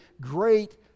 great